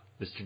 Mr